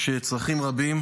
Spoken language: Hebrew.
יש צרכים רבים,